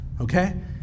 okay